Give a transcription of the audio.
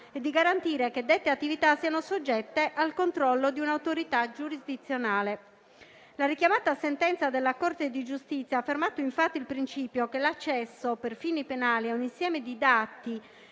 e di garantire che dette attività siano soggette al controllo di un'autorità giurisdizionale. La richiamata sentenza della Corte di giustizia ha affermato, infatti, il principio che l'accesso per fini penali a un insieme di dati